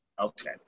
Okay